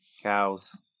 Cows